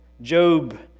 Job